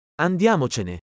Andiamocene